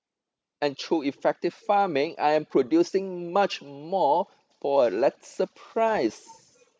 and through effective farming I am producing much more for a lesser price